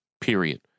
period